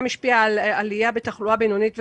השפיעה על עלייה בתחלואה בינונית וקשה.